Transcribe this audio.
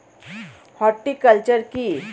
Horticulture কি?